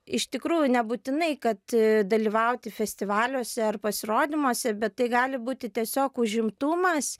iš tikrųjų nebūtinai kad dalyvauti festivaliuose ar pasirodymuose bet tai gali būti tiesiog užimtumas